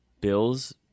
Bills